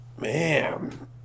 Man